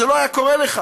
זה לא היה קורה לך.